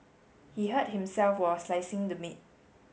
he hurt himself while slicing the meat